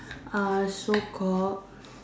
oh so call